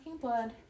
blood